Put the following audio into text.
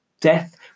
death